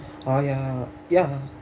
ah yeah yeah